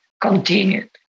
continued